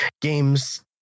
games